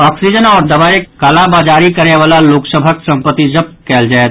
oxygen आओर दवाईक कालाबाजारी करयवाला लोक सभक सम्पत्ति जब्त कयल जायत